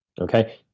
Okay